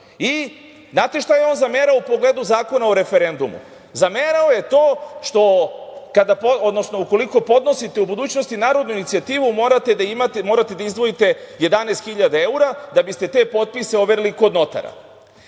Znate šta je on zamerao u pogledu Zakona o referendumu? Zamerao je to što ukoliko podnosite u budućnosti narodnu inicijativu, morate da izdvojite 11.000 evra da biste te potpise overili kod notara. To